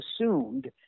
assumed